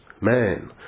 man